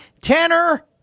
Tanner